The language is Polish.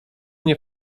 nie